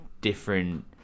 different